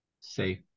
say